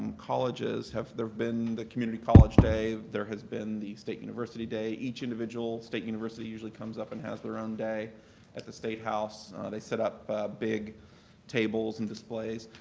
and colleges have there have been the community college day, there has been the state university day, each individual state university usually comes up and has their own day at the state house. they set up big tables and displays.